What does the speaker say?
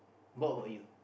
what about you